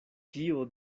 kio